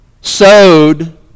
sowed